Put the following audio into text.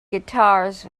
guitars